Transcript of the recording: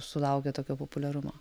sulaukia tokio populiarumo